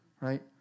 right